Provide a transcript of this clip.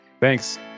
Thanks